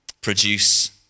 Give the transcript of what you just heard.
produce